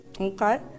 Okay